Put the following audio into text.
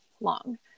long